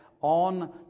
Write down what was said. on